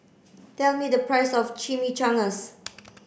tell me the price of Chimichangas